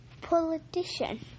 politician